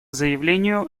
заявлению